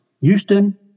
Houston